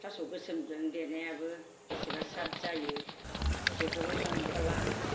थास' गोसोमदो देनायाबो बेसेबा साद जायो बेखोबो संब्ला